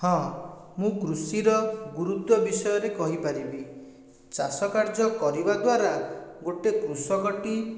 ହଁ ମୁଁ କୃଷିର ଗୁରୁତ୍ୱ ବିଷୟରେ କହିପାରିବି ଚାଷ କାର୍ଯ୍ୟ କରିବା ଦ୍ୱାରା ଗୋଟେ କୃଷକଟି